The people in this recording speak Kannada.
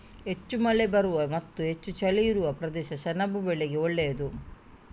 ಹೆಚ್ಚು ಮಳೆ ಬರುವ ಮತ್ತೆ ಹೆಚ್ಚು ಚಳಿ ಇರುವ ಪ್ರದೇಶ ಸೆಣಬು ಬೆಳೆಗೆ ಒಳ್ಳೇದು